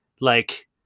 like-